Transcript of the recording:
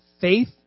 faith